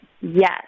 yes